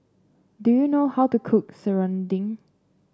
do you know how to cook Serunding